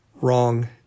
wrong